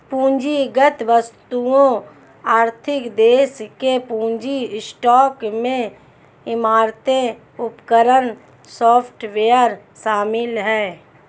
पूंजीगत वस्तुओं आर्थिक देश के पूंजी स्टॉक में इमारतें उपकरण सॉफ्टवेयर शामिल हैं